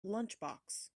lunchbox